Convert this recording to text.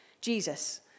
Jesus